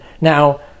Now